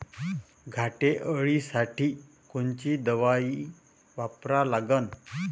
घाटे अळी साठी कोनची दवाई वापरा लागन?